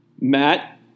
Matt